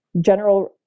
General